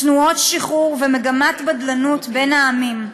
תנועות שחרור ומגמת בדלנות בין העמים.